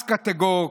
הס קטגור,